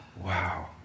wow